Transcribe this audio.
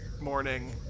morning